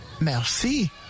Merci